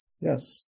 Yes